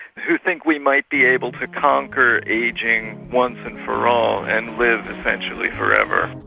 who think we might be able to conquer ageing once and for all and live essentially forever.